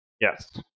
Yes